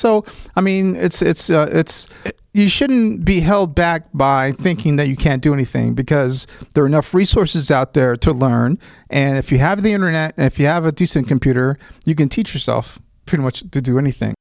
so i mean it's it's you shouldn't be held back by thinking that you can't do anything because there are enough resources out there to learn and if you have the internet if you have a decent computer you can teach yourself pretty much to do anything